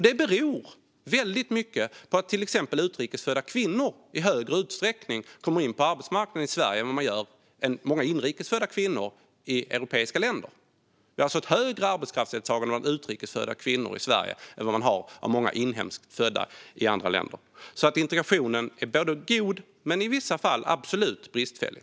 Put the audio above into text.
Detta beror väldigt mycket på att till exempel utrikes födda kvinnor i högre utsträckning kommer in på arbetsmarknaden i Sverige än vad många inrikes födda kvinnor gör i andra europeiska länder. Det är alltså ett högre arbetskraftsdeltagande bland utrikes födda kvinnor i Sverige än bland många inhemskt födda i andra länder. Integrationen är alltså både god och i vissa fall absolut bristfällig.